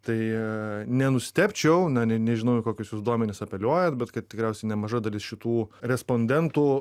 tai nenustebčiau na ne nežinau kokius jus duomenis apeliuojat bet kad tikriausiai nemaža dalis šitų respondentų